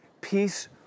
Peace